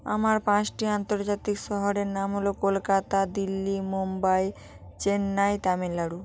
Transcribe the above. আমার পাঁচটি আন্তর্জাতিক শহরের নাম হল কলকাতা দিল্লি মুম্বাই চেন্নাই তামিলনাড়ু